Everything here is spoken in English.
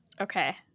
Okay